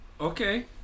Okay